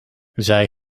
zij